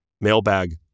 mailbag